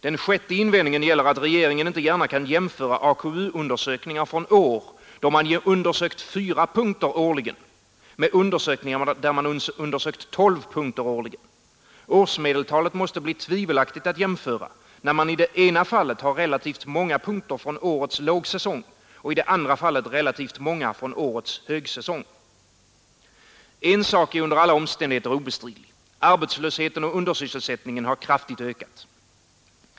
Den sjätte invändningen gäller att regeringen inte gärna kan jämföra AKU-undersökningar från år då man undersökt fyra punkter årligen med undersökningar där man undersökt tolv punkter årligen. Årsmedeltalet måste bli tvivelaktigt att jämföra, när man i det ena fallet har relativt många punkter från årets lågsäsong och i det andra fallet relativt många från årets högsäsong. En sak är under alla omständigheter obestridlig: arbetslösheten och undersysselsättningen har kraftigt ökat.